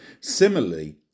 Similarly